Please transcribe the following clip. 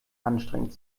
anstrengend